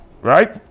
right